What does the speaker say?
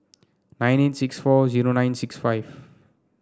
nine eight six four zero nine six five